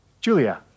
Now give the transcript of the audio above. Julia